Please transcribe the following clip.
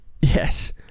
Yes